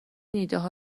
ایدهها